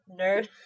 nerd